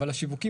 אבל השיווקים